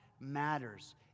matters